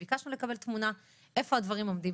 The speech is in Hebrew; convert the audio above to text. ביקשנו לקבל תמונה איפה הדברים עומדים